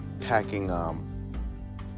packing